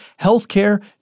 healthcare